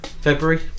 February